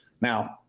Now